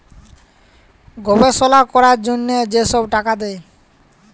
গবেষলা ক্যরার জ্যনহে যে ছব টাকা দেয়